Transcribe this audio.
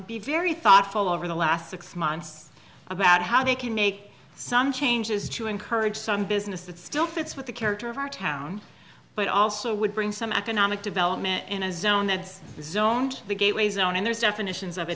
be very thoughtful over the last six months about how they can make some changes to encourage some business that still fits with the character of our town but also would bring some economic development in a zone that's the zoned the gateway zone and there's definitions of